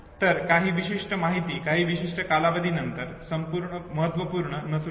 तर काही विशिष्ट माहिती काही विशिष्ट कालावधीनंतर महत्त्वपूर्ण नसू शकते